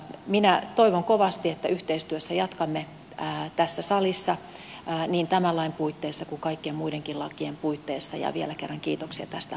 minä toivon kovasti että yhteistyössä jatkamme tässä salissa niin tämän lain puitteissa kuin kaikkien muidenkin lakien puitteissa ja vielä kerran kiitoksia tästä